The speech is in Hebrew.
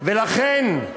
ולכן,